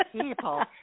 people